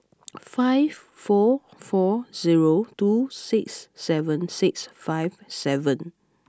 five four four zero two six seven six five seven